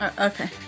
okay